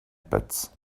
pits